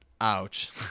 ouch